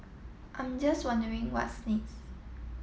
I'm just wondering what's this